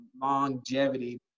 longevity